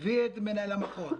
מביא את מנהל המחוז,